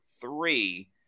three